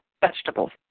vegetables